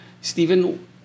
Stephen